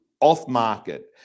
off-market